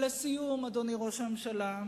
לסיום, אדוני ראש הממשלה,